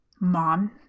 mom